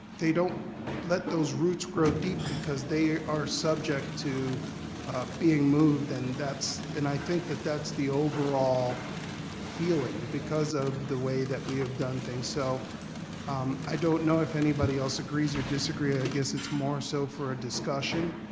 let those roots grow deep because they are subject to being moved and that's, and i think that that's the overall feeling because of the way that we have done things. so um i don't know if anybody else agrees or disagrees, i guess it's more so for a discussion.